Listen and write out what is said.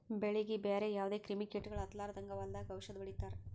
ಬೆಳೀಗಿ ಬ್ಯಾರೆ ಯಾವದೇ ಕ್ರಿಮಿ ಕೀಟಗೊಳ್ ಹತ್ತಲಾರದಂಗ್ ಹೊಲದಾಗ್ ಔಷದ್ ಹೊಡಿತಾರ